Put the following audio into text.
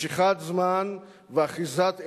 משיכת זמן ואחיזת עיניים,